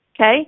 okay